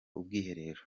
ubwiherero